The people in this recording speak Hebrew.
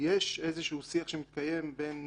שיש איזשהו שיח שמתקיים בין